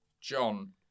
John